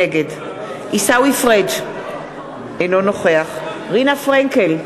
נגד עיסאווי פריג' אינו נוכח רינה פרנקל,